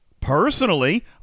Personally